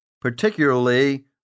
particularly